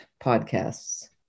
podcasts